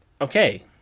okay